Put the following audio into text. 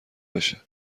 بشه